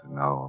no